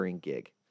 gig